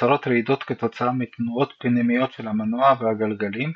נוצרות רעידות כתוצאה מתנועות פנימיות של המנוע והגלגלים,